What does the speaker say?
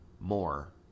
more